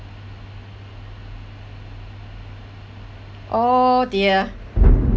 oh dear